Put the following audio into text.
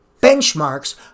Benchmarks